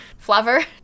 Flavor